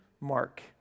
Mark